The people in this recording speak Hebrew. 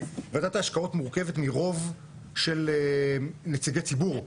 ועדת ההשקעות מורכבת מרוב של נציגי ציבור,